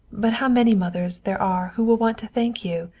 but how many others there are who will want to thank you,